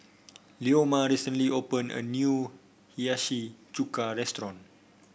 Leoma recently opened a new Hiyashi Chuka restaurant